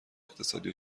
اقتصادی